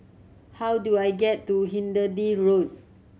how do I get to Hindhede Road